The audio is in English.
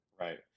Right